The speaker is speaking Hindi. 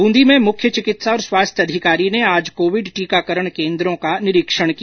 बूंदी में मुख्य चिकित्सा और स्वास्थ्य अधिकारी ने आज कोविड टीकाकरण केन्द्रों का निरीक्षण किया